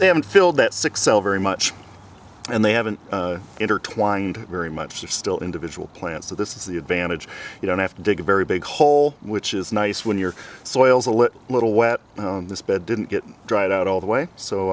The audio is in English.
they have them filled that six cell very much and they haven't intertwined very much they're still individual plants so this is the advantage you don't have to dig a very big hole which is nice when your soil is a little little wet on this bed didn't get dried out all the way so